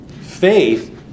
faith